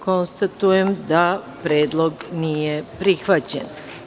Konstatujem da predlog nije prihvaćen.